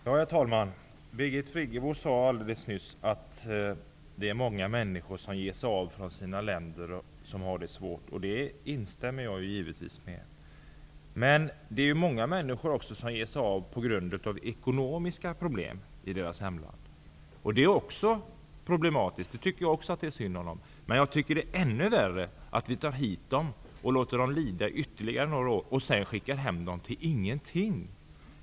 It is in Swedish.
Herr talman! Statsrådet Birgit Friggebo sade alldeles nyss att många människor ger sig av från sina hemländer och har det svårt. I det instämmer jag givetvis. Många människor ger sig emellertid av även på grund av ekonomiska problem i deras hemländer. Även det är i och för sig problematiskt, men det är ännu värre att vi tar hit dessa människor för att låta dem lida ytterligare några år och därefter skicka hem dem till ingenting.